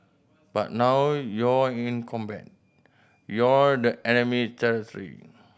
but now you're in combat you're the enemy territory